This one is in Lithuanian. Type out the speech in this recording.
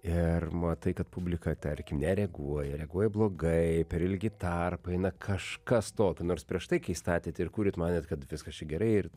ir matai kad publika tarkim nereaguoja reaguoja blogai per ilgi tarpai na kažkas tokio nors prieš tai kai statėt ir kūrėt manėt kad viskas čia gerai ir